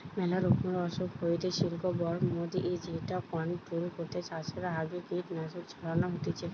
মেলা রকমের অসুখ হইতে সিল্কবরমদের যেটা কন্ট্রোল করতে চাষের আগে কীটনাশক ছড়ানো হতিছে